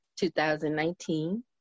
2019